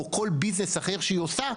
או כל ביזנס אחר שהיא עושה,